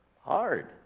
hard